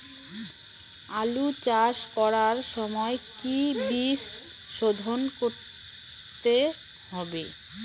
আলু চাষ করার সময় কি বীজ শোধন করতে হবে?